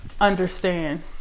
understand